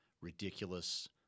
ridiculous